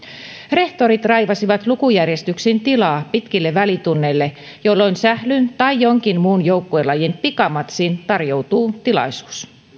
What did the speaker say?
rehtorit raivasivat lukujärjestyksiin tilaa pitkille välitunneille jolloin sählyn tai jonkin muun joukkuelajin pikamatsiin tarjoutuu tilaisuus